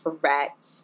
correct